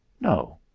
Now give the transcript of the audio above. No